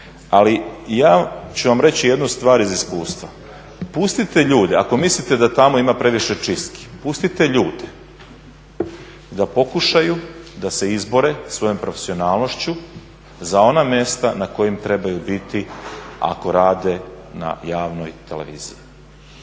Ali ću vam reći jednu stvar iz iskustva. Pustite ljude, ako mislite da tamo ima previše čistki pustite ljude da pokušaju da se izbore svojom profesionalnošću za ona mesta na kojim trebaju biti ako rade na javnoj televiziji.